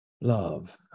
love